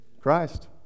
Christ